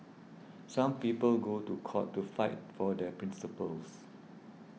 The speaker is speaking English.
some people go to court to fight for their principles